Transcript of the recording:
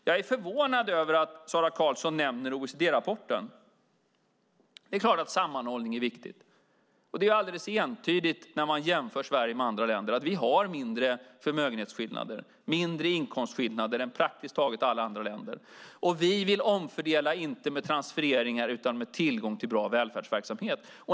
Jag är förvånad över att Sara Karlsson nämner OECD-rapporten. Det är klart att sammanhållning är viktigt. När man jämför Sverige med andra länder är det alldeles entydigt att vi har mindre förmögenhetsskillnader och mindre inkomstskillnader än praktiskt taget alla andra länder. Och vi vill omfördela inte genom transfereringar utan genom tillgång till bra välfärdsverksamhet.